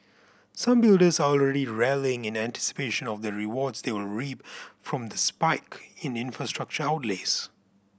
some builders are already rallying in anticipation of the rewards they will reap from the spike in infrastructure outlays